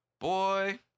boy